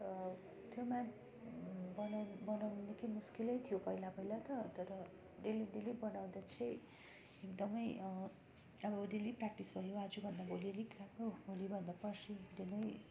र त्यो म्याफ बनाउनु बनाउनु निकै मुस्किलै थियो पहिला पहिला तर त्यहाँबाट डेली डेली बनाउँदा चाहिँ एकदम अब डेली प्र्याक्टिस भयो आज भन्दा भोलि अलिक राम्रो भयो भोलि भन्दा पर्सि एकदम